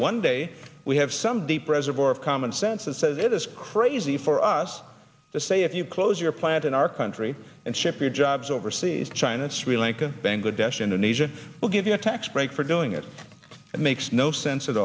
one day we have some deep reservoir of common sense and says it is crazy for us to say if you close your plant in our country and ship your jobs overseas china sri lanka bangladesh indonesia will give you a tax break for doing it it makes no sense at